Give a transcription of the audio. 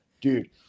dude